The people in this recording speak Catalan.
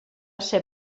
ser